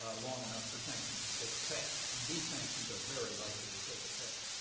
ah long enough for sanctions to take effect. and these sanctions are very likely to take effect.